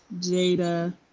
Jada